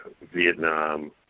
Vietnam